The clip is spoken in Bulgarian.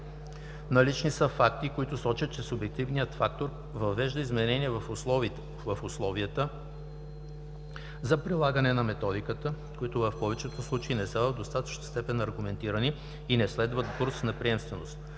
Налице са факти, които сочат, че субективният фактор въвежда изменения в условията за прилагане на методиката, които в повечето случаи не са в достатъчна степен аргументирани и не следват курс на приемственост.